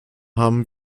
haben